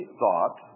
thought